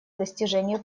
достижение